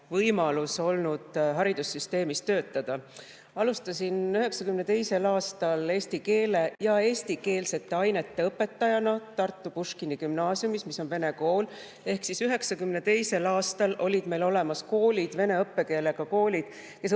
võimalus olnud haridussüsteemis töötada. Alustasin 1992. aastal eesti keele ja eestikeelsete ainete õpetajana Tartu Puškini Gümnaasiumis, mis on vene kool. 1992. aastal olid meil seega olemas vene õppekeelega koolid, kus